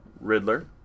Riddler